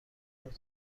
نقشه